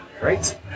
Great